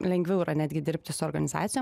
lengviau yra netgi dirbti su organizacijom